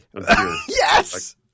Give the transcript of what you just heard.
Yes